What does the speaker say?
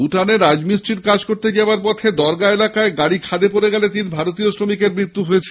ভুটানে রাজমিস্ত্রির কাজ করতে যাওয়ার পথে দরগা এলাকায় গাড়ি খাদে পড়ে গেলে তিন ভারতীয় শ্রমিকের মৃত্যু হয়েছে